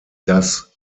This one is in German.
das